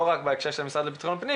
לא רק במשרד לביטחון פנים,